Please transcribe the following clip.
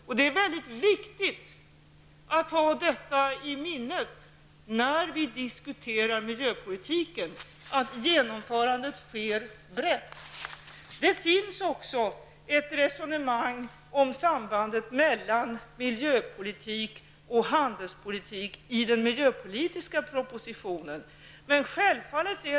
När vi diskuterar miljöpolitiken är det mycket viktigt att vi håller i minnet att genomförandet så att säga sker brett. Det finns också i den miljöpolitiska propositionen ett resonemang om sambandet mellan miljöpolitik och handelspolitik.